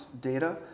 data